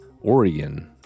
Oregon